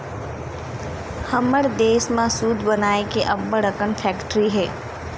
हमर देस म सूत बनाए के अब्बड़ अकन फेकटरी हे